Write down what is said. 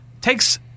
takes